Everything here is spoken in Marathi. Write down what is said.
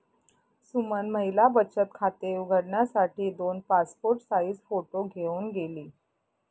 सुमन महिला बचत खाते उघडण्यासाठी दोन पासपोर्ट साइज फोटो घेऊन गेली